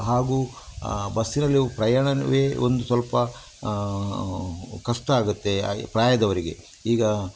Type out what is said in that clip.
ಹಾಗೂ ಬಸ್ಸಿನಲ್ಲಿ ಪ್ರಯಾಣವೇ ಒಂದು ಸ್ವಲ್ಪ ಕಷ್ಟ ಆಗುತ್ತೆ ಪ್ರಾಯದವರಿಗೆ ಈಗ